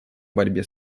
борьбе